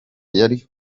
yari